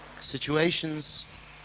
situations